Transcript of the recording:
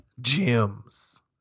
Gems